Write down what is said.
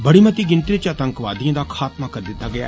बड़ी मती गिनतरी च आतंकवादिएं दा खात्मा करी दिता गेआ